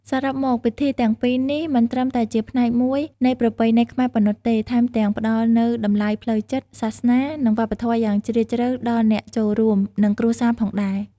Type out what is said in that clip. សរុបមក ពិធីទាំងពីរនេះមិនត្រឹមតែជាផ្នែកមួយនៃប្រពៃណីខ្មែរប៉ុណ្ណោះទេ ថែមទាំងផ្តល់នូវតម្លៃផ្លូវចិត្ត សាសនា និងវប្បធម៌យ៉ាងជ្រាលជ្រៅដល់អ្នកចូលរួម និងគ្រួសារផងដែរ។